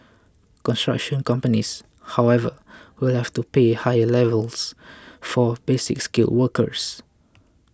construction companies however will have to pay higher levies for Basic Skilled workers